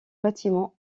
bâtiments